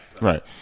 right